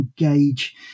engage